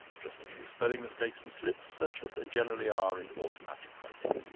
just a few spelling mistakes and slips, such as there generally are in automatic writing.